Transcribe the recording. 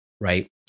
right